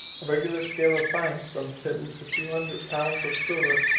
regular scale of fines, from ten to two hundred pounds of silver,